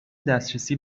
دسترسی